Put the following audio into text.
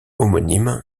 homonyme